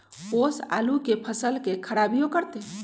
ओस आलू के फसल के खराबियों करतै?